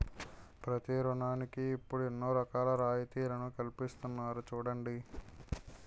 ప్రతి ఋణానికి ఇప్పుడు ఎన్నో రకాల రాయితీలను కల్పిస్తున్నారు చూడండి